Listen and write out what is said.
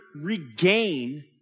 regain